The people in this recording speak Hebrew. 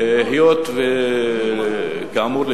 היות שכאמור,